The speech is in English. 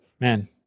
man